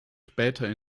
später